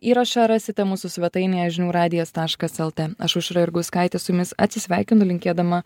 įrašą rasite mūsų svetainėje žinių radijas taškas lt aš aušra jurgauskaitė su jumis atsisveikinu linkėdama